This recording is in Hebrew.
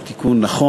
הוא תיקון נכון,